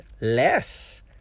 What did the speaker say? less